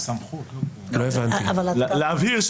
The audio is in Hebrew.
להבהיר ש